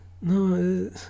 No